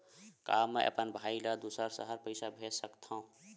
का मैं अपन भाई ल दुसर शहर पईसा भेज सकथव?